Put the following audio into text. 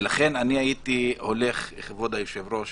ולכן הייתי הולך, כבוד היושב-ראש